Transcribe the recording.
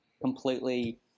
completely